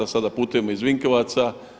Sada putujemo iz Vinkovaca.